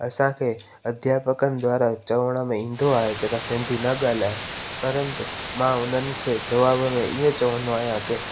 असांखे अध्यापकनि द्वारां चवण में ईंदो आहे की तव्हां सिंधी न ॻाल्हायो परन्तु मां उनखे जवाब में ईअं चवंदो आहियां की